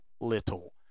little